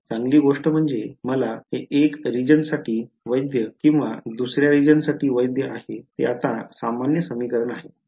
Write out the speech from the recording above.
चांगली गोष्ट म्हणजे मला हे 1 रिजनसाठी वैध किंवा दुसऱ्या रिजनसाठी वैद्य आहे ते आता सामान्य समीकरण आहे